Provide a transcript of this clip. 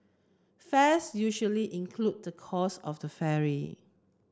fares usually include the cost of the ferry